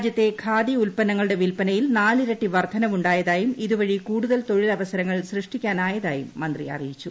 രാജ്യത്തെ ഖാദി ഉല്പന്നങ്ങളുടെ വില്പനയിൽ നാല് ഇരട്ടി വർദ്ധനവ് ഉണ്ടായതായും ഇതുവഴി കൂടുതൽ തൊഴിലവസരങ്ങൾ സൃഷ്ടിക്കാന്റായതായും മന്ത്രി അറിയിച്ചു